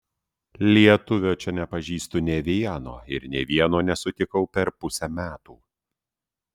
lietuvio čia nepažįstu nė vieno ir nė vieno nesutikau per pusę metų